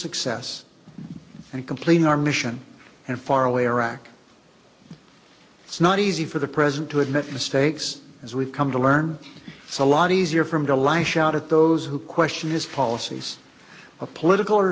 success and completing our mission and faraway iraq it's not easy for the president to admit mistakes as we've come to learn a lot easier for him to lash out at those who question his policies of political or